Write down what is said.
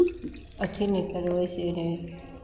अथि ना करो ऐसे हैं